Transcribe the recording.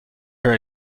her